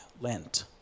Lent